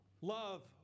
Love